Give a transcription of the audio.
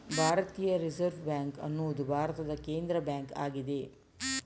ಭಾರತೀಯ reserve bank ಅನ್ನುದು ಭಾರತದ ಕೇಂದ್ರ ಬ್ಯಾಂಕು ಆಗಿದೆ